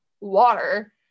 water